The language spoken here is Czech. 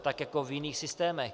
Tak jako v jiných systémech.